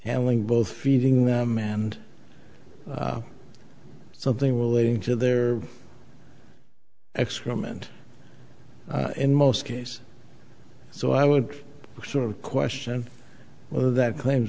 handling both feeding them and something relating to their excrement in most cases so i would sort of question whether that claims